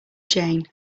jane